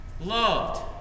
Loved